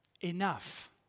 enough